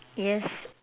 yes